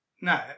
No